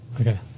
Okay